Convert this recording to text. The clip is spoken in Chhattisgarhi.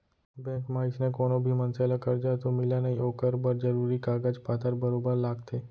बेंक म अइसने कोनो भी मनसे ल करजा तो मिलय नई ओकर बर जरूरी कागज पातर बरोबर लागथे